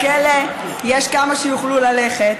לכלא יש כמה שיוכלו ללכת,